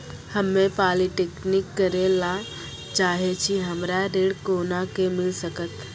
हम्मे पॉलीटेक्निक करे ला चाहे छी हमरा ऋण कोना के मिल सकत?